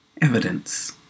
Evidence